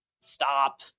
stop